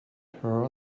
her